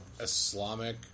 Islamic